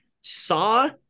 saw